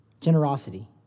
Generosity